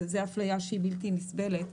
זאת אפליה שהיא בלתי נסבלת.